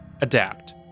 adapt